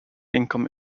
income